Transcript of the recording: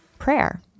prayer